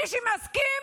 מי שמסכים